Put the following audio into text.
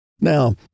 now